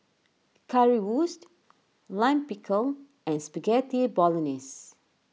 Currywurst Lime Pickle and Spaghetti Bolognese